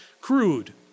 crude